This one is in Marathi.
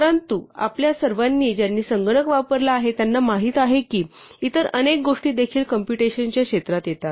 परंतु आपल्या सर्वांनी ज्यांनी संगणक वापरला आहे त्यांना माहित आहे की इतर अनेक गोष्टी देखील कॉम्पुटेशनच्या क्षेत्रात येतात